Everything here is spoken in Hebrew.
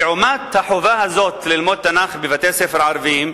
לעומת החובה הזאת ללמוד תנ"ך בבתי-ספר ערביים,